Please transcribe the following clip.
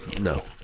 no